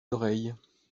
oreilles